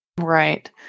Right